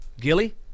Gilly